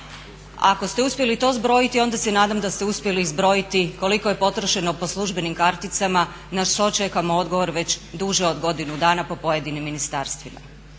Ako ste uspjeli to zbrojiti onda se nadam da ste uspjeli i zbrojiti koliko je potrošeno po službenim karticama na što čekamo odgovor već duže od godinu dana po pojedinim ministarstvima.